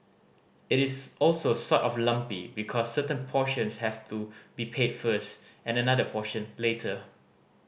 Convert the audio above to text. it is also sort of lumpy because certain portions have to be paid first and another portion later